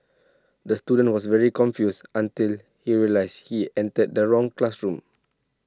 the student was very confused until he realised he entered the wrong classroom